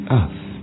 earth